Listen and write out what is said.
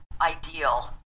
ideal